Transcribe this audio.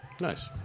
Nice